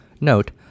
Note